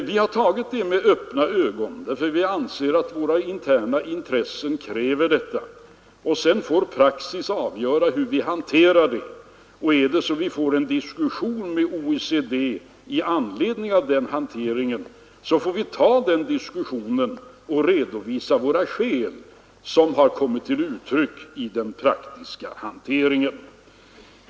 Vi har dock gjort det med öppna ögon, eftersom vi anser att våra internationella intressen kräver detta. Sedan får praxis avgöra hur vi hanterar det, och är det så att vi får en diskussion med OECD i anledning av den hanteringen så får vi ta den diskussionen och redovisa våra skäl som har kommit till uttryck i den praktiska hanteringen.